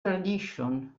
tradition